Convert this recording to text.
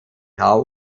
grau